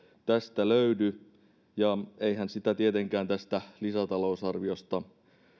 tästä löydy niin eihän sitä tietenkään tästä lisätalousarviosta